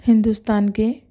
ہندوستان کے